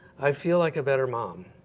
i feel like a better mom.